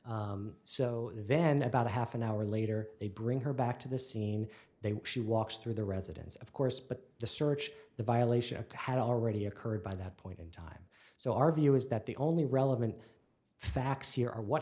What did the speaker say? so then about a half an hour later they bring her back to the scene they she walks through the residence of course but the search the violation had already occurred by that point in time so our view is that the only relevant facts here are what